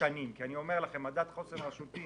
מדד חוסן רשותי